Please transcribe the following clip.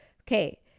Okay